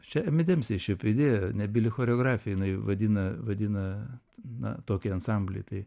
čia emidemsi šiaip idėja nebyli choreografė jinai vadina vadina na tokį ansamblį tai